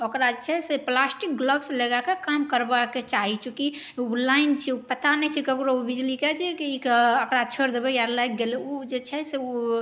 ओकरा जे छै से प्लास्टिक ग्लव्स लगाके काम करबाके चाही चूँकि लाइन छियै ओ पता नहि छै ककरो बिजलीके जे कि एकरा छोरि देबै या लागि गेलै ओ जे छै से ओ